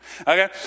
Okay